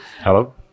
Hello